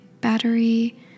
battery